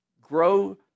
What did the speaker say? Grow